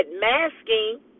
masking